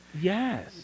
yes